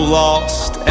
lost